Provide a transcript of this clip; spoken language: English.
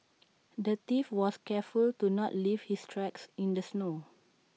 the thief was careful to not leave his tracks in the snow